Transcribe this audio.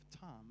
time